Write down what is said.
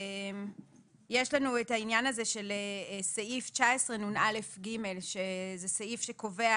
יש לנו את העניין הזה סעיף 19נא(ג), סעיף שקובע